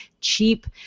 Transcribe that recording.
cheap